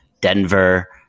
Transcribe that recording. Denver